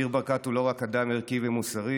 ניר ברקת הוא לא רק אדם ערכי ומוסרי,